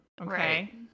Okay